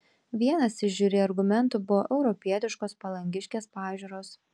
vienas iš žiuri argumentų buvo europietiškos palangiškės pažiūros